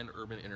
Urban